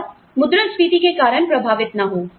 और मुद्रास्फीति के कारण प्रभावित ना हो